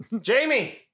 Jamie